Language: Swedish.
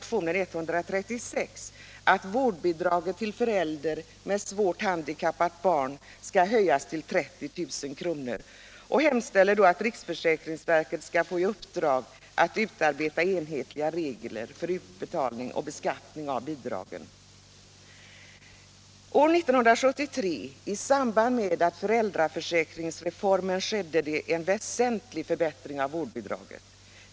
I samband med föräldraförsäkringsreformen 1973 skedde en väsentlig förbättring av vårdbidraget.